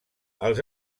els